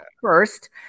first